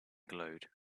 glowed